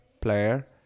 player